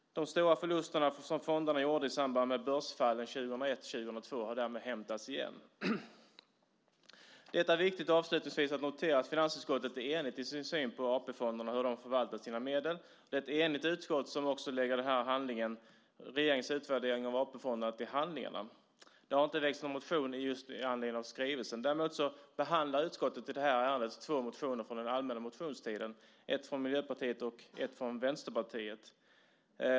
De stora förluster som fonderna gjorde i samband med börsfallet 2001-2002 har därmed hämtats igen. Avslutningsvis är det viktigt att notera att finansutskottet är enigt i sin syn på hur AP-fonderna har förvaltat sina medel. Och det är ett enigt utskott som lägger regeringens utvärdering av AP-fonderna till handlingarna. Det har inte väckts någon motion med anledning av skrivelsen. Däremot behandlar utskottet i detta betänkande två motioner från den allmänna motionstiden, en från Miljöpartiet och en från Vänsterpartiet.